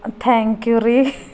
thank you ರೀ